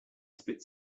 spit